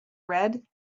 red